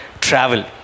travel